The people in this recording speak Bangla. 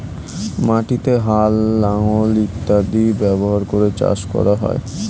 মাটিতে হাল, লাঙল ইত্যাদি ব্যবহার করে চাষ করা হয়